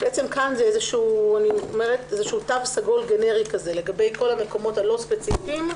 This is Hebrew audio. כאן זה איזה תו סגול גנרי לגבי כל המקומות הלא ספציפיים.